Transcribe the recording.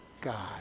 God